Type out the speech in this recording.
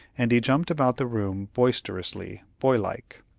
and he jumped about the room, boisterously, boy-like.